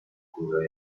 kurze